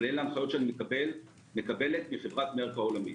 אבל אלה ההנחיות שאני מקבלת מחברת- -- העולמית.